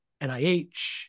NIH